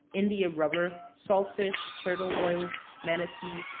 india-rubber, salt fish, turtle-oil, manati,